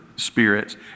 spirits